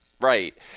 Right